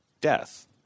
death